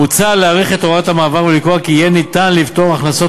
מוצע להאריך את הוראת המעבר ולקבוע כי יהיה ניתן לפטור הכנסות